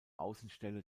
außenstelle